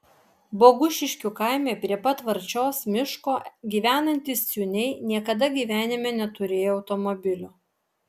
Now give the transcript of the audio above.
bogušiškių kaime prie pat varčios miško gyvenantys ciūniai niekada gyvenime neturėjo automobilio